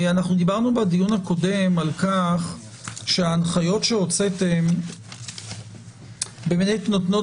אנחנו דיברנו בדיון הקודם על-כך שההנחיות שהוצאתם באמת נותנות